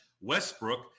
Westbrook